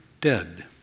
dead